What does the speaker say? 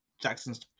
Jackson's